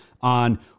on